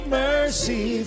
mercy